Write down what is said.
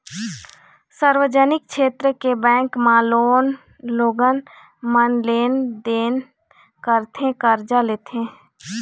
सार्वजनिक छेत्र के बेंक म लोगन मन लेन देन करथे, करजा लेथे